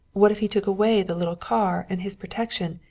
what if he took away the little car, and his protection,